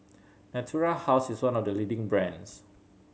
Natura House is one of the leading brands